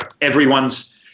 everyone's